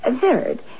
Third